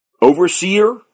overseer